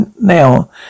now